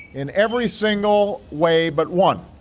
and every single way but one